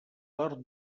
per